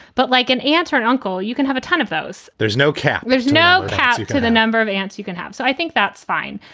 but like an aunt and uncle, you can have a ton of those. there's no cap. there's no cap to the number of aunts you can have. so i think that's fine.